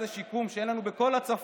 שאלתי אותו כמה עלתה